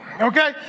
okay